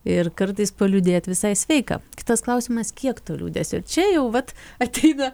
ir kartais paliūdėt visai sveika kitas klausimas kiek to liūdesio čia jau vat ateina